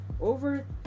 over